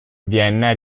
vienna